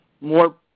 more